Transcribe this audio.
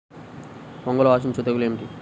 వంగలో ఆశించు తెగులు ఏమిటి?